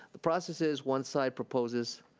the process is one side proposes